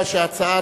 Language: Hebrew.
נמנע?